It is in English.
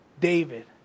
David